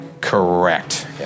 Correct